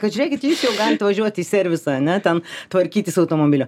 kad žiūrėkit jūs jau galit važiuot į servisą ane ten tvarkytis automobilio